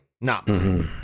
No